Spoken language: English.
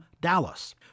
Dallas